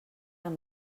amb